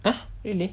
!huh! really